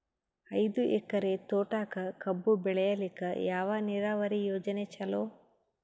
ಐದು ಎಕರೆ ತೋಟಕ ಕಬ್ಬು ಬೆಳೆಯಲಿಕ ಯಾವ ನೀರಾವರಿ ಯೋಜನೆ ಚಲೋ?